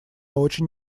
очень